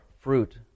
fruit